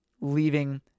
leaving